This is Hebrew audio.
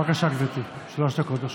בבקשה, גברתי, שלוש דקות לרשותך.